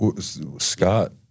Scott